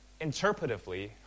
interpretively